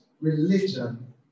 religion